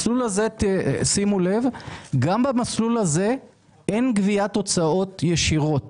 שימו לב, גם במסלול הזה אין גביית הוצאות ישירות.